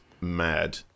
mad